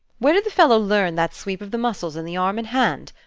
where did the fellow learn that sweep of the muscles in the arm and hand?